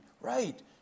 Right